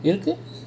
இறுகிய:irugiya